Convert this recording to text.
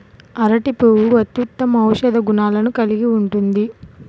అరటి పువ్వు అత్యుత్తమ ఔషధ గుణాలను కలిగి ఉంటుంది